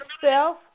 self